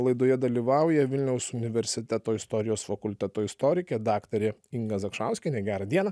laidoje dalyvauja vilniaus universiteto istorijos fakulteto istorikė daktarė inga zakšauskienė gerą dieną